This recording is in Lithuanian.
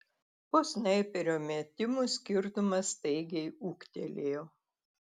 po snaiperio metimų skirtumas staigiai ūgtelėjo